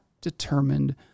determined